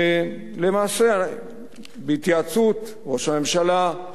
למעשה בהתייעצות של ראש הממשלה,